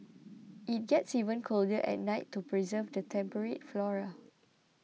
it gets even colder at night to preserve the temperate flora